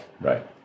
Right